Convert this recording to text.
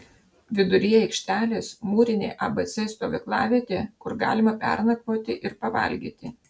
viduryje aikštelės mūrinė abc stovyklavietė kur galima pernakvoti ir pavalgyti